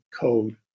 code